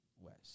west